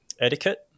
etiquette